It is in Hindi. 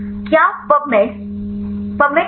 क्या पब मेड क्या है